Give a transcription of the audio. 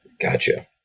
Gotcha